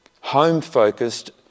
home-focused